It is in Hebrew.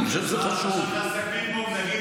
אז עכשיו נעשה פינג-פונג ונגיד,